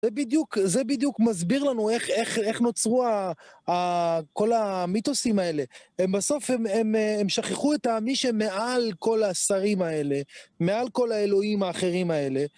זה בדיוק מסביר לנו איך נוצרו כל המיתוסים האלה. בסוף הם שכחו את מי שמעל כל השרים האלה, מעל כל האלוהים האחרים האלה.